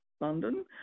London